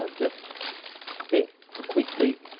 ah just spit quickly,